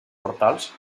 portals